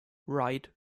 ride